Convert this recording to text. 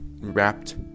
wrapped